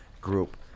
group